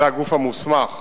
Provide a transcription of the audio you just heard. זה הגוף המוסמך